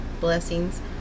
blessings